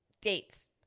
dates